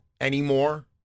anymore